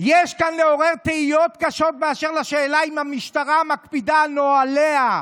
יש כאן "לעורר תהיות קשות באשר לשאלה אם המשטרה אכן מקפידה על נהליה,